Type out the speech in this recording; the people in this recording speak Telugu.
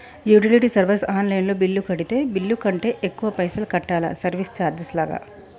యుటిలిటీ సర్వీస్ ఆన్ లైన్ లో బిల్లు కడితే బిల్లు కంటే ఎక్కువ పైసల్ కట్టాలా సర్వీస్ చార్జెస్ లాగా?